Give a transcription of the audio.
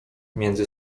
między